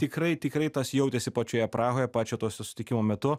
tikrai tikrai tas jautėsi pačioje prahoje pačio to susitikimo metu